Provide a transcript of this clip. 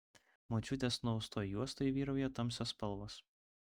močiutės nuaustoj juostoj vyrauja tamsios spalvos